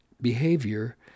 behavior